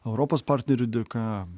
europos partnerių dėka